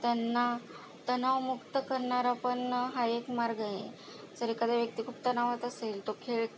त्यांना तणावमुक्त करणारा पण ना हा एक मार्ग आहे जर एखादा व्यक्ती खूप तणावात असेल तो खेळ